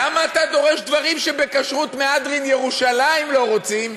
למה אתה דורש דברים שבכשרות מהדרין ירושלים לא רוצים,